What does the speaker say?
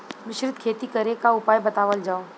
मिश्रित खेती करे क उपाय बतावल जा?